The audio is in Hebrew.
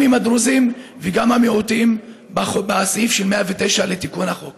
עם הדרוזים וגם עם המיעוטים בתיקון סעיף 109 לחוק.